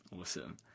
Awesome